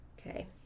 Okay